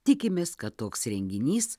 tikimės kad toks renginys